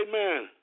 Amen